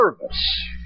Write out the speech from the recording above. service